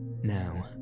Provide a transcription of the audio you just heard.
Now